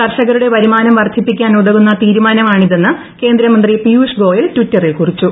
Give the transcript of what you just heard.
കർഷകരുടെ വരുമാനം വർദ്ധിപ്പിക്കാൻ ഉതകുന്ന തീരുമാനമാണിതെന്ന് കേന്ദ്രമന്ത്രി പിയൂഷ് ഗോയൽ ട്വിറ്ററിൽ കുറിച്ചു